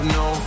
no